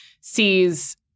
sees